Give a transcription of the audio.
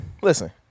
Listen